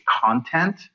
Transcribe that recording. content